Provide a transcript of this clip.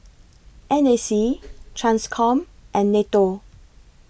N A C TRANSCOM and NATO